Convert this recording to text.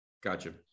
Gotcha